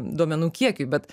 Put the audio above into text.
duomenų kiekiui bet